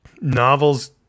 novels